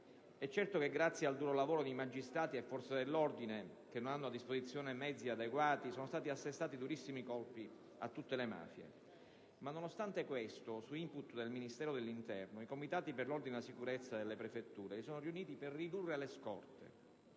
È certo che grazie al duro lavoro di magistrati e forze dell'ordine, che non hanno a disposizione mezzi adeguati, sono stati assestati durissimi colpi a tutte le mafie, ma nonostante questo, su *input* del Ministero dell'interno, i Comitati per l'ordine e la sicurezza pubblica delle prefetture si sono riuniti per ridurre le scorte.